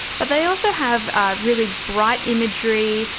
but they also have ah really bright imagery,